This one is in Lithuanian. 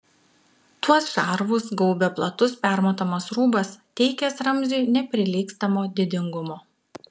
tuos šarvus gaubė platus permatomas rūbas teikęs ramziui neprilygstamo didingumo